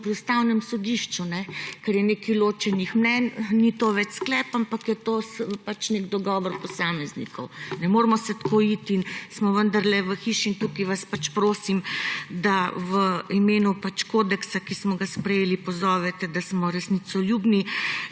pri Ustavnem sodišču – ker je nekaj ločenih mnenj, ni to več sklep, ampak je to pač neki dogovor posameznikov. Ne moremo se tako iti. Smo vendarle v hiši in tukaj vas prosim, da v imenu kodeksa, ki smo ga sprejeli, pozovete, da smo resnicoljubni.